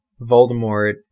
Voldemort